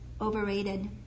overrated